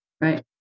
right